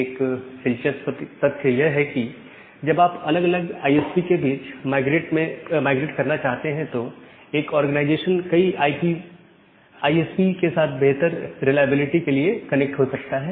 एक दिलचस्प तथ्य यह है कि जब आप अलग अलग आईएसपी के बीच में माइग्रेट करना चाहते हैं तो एक ऑर्गनाइजेशन कई आईएस पी के साथ बेहतर रिलायबिलिटी के लिए कनेक्ट हो सकता है